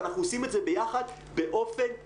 ואנחנו עושים את זה ביחד באופן מלא,